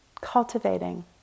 Cultivating